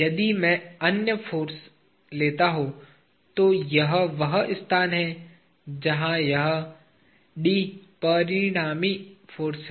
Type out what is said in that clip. यदि मैं अन्य फाॅर्स लेता हूँ तो यह वह स्थान है जहाँ यह परिणामी फाॅर्स है